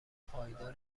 پایدار